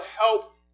help